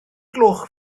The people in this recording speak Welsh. gloch